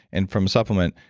and from supplement,